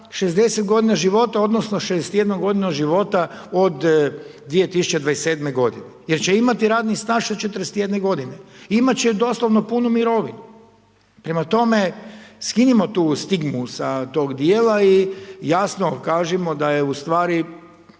60 godina života odnosno 61 godinu života od 2027.-te godine jer će imati radni staž od 41 godine. Imati će doslovno punu mirovinu. Prema tome, skinimo tu stigmu sa toga dijela i jasno kažimo da je u stvari